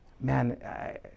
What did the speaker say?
man